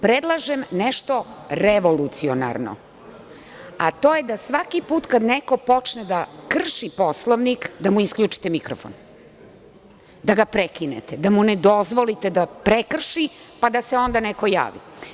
Predlažem nešto revolucionarno, a to je da svaki put kada neko počne da krši Poslovnik, da mu isključite mikrofon, da ga prekinete, da mu ne dozvolite da prekrši, pa da se onda neko javi.